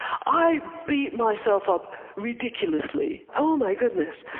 i beat myself up ridiculously. oh, my goodness.